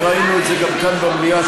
וראינו את זה גם כאן במליאה,